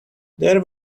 there